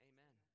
Amen